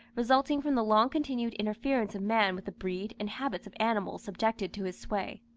resulting from the long-continued interference of man with the breed and habits of animals subjected to his sway.